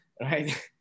right